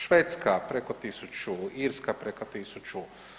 Švedska preko 1000, Irska preko 1000.